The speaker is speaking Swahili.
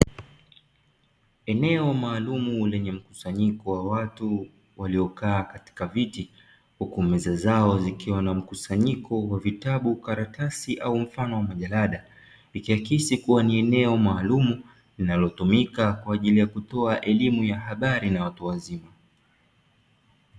Eneo maalumu lenye mkusanyiko wa watu waliokaa katika viti huku meza zao zikiwa na mkusanyiko wa vitabu karatasi au mfano wa majalada ikiakisi kuwa ni eneo maalumu linalotumika kwa ajili ya kutoa elimu ya habari na watu wazima.